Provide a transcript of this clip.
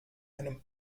einem